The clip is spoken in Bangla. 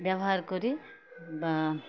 ব্যবহার করি বা